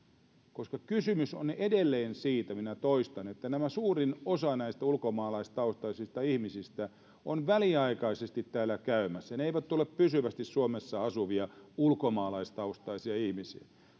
toistan kysymys on edelleen siitä että suurin osa näistä ulkomaalaistaustaisista ihmisistä on väliaikaisesti täällä käymässä he eivät ole pysyvästi suomessa asuvia ulkomaalaistaustaisia ihmisiä